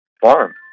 farm